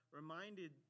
reminded